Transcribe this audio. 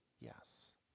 yes